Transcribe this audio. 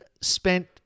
spent